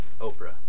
Oprah